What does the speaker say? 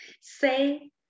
Say